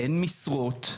אין משרות.